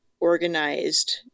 organized